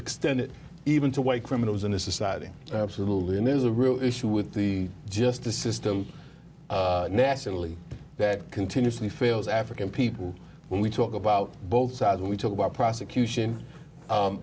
extended even to white criminals in a society absolutely and there's a real issue with the justice system nationally that continuously fails african people when we talk about both sides when we talk about prosecution